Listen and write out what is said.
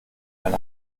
eine